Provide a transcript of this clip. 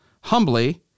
humbly